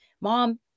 Mom